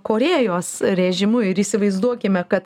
korėjos režimu ir įsivaizduokime kad